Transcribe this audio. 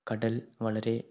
കടൽ വളരെ